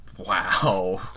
wow